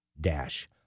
dash